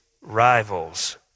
rivals